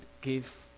give